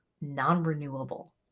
non-renewable